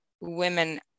women